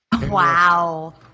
Wow